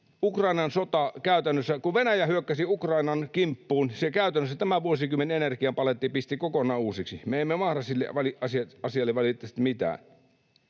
hyväksy totuutta? Kun Venäjä hyökkäsi Ukrainan kimppuun, se käytännössä tämän vuosikymmenen energiapaletin pisti kokonaan uusiksi. Me emme mahda sille asialle valitettavasti mitään.